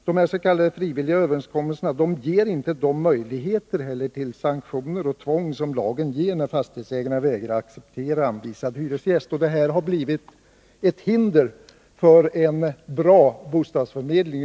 De s.k. frivilliga överenskommelserna ger dessutom inte på samma sätt som lagen möjligheter till sanktioner och tvång, när fastighetsägarna vägrar att acceptera anvisad hyresgäst. De här överenskommelserna har blivit ett hinder för att man skall kunna bedriva en bra bostadsförmedling.